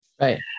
Right